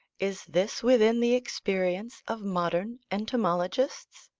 is this within the experience of modern entomologists?